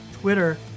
Twitter